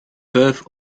peuvent